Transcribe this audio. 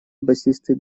басистый